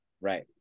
right